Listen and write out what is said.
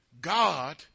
God